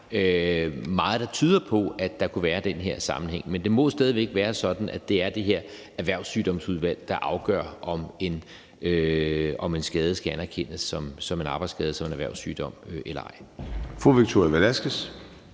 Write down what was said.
meget, der tyder på, at der kunne være den her sammenhæng. Men det må stadig væk være sådan, at det er Erhvervssygdomsudvalget, der afgør, om en skade skal anerkendes som en arbejdsskade og som en erhvervssygdom eller ej.